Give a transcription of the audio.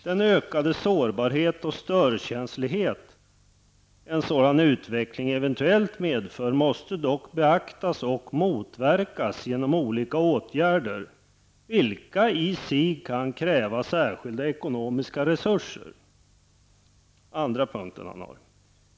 Den ökade sårbarhet och störkänslighet en sådan utveckling eventuellt medför måste dock beaktas och motverkas genom olika åtgärder, vilka i sig kan kräva särskilda ekonomiska resurser.